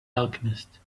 alchemist